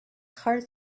heart